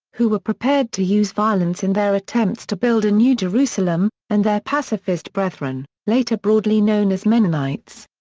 who were prepared to use violence in their attempts to build a new jerusalem, and their pacifist brethren, later broadly known as mennonites.